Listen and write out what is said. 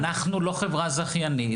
אנחנו לא חברה זכיינית.